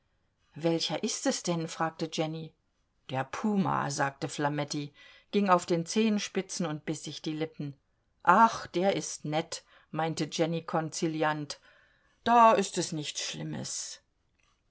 welcher ist es denn fragte jenny der puma sagte flametti ging auf den zehenspitzen und biß sich die lippen ach der ist nett meinte jenny konziliant da ist es nichts schlimmes